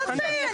יפה.